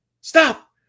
stop